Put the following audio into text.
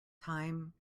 time